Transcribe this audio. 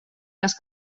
les